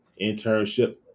Internship